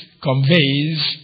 conveys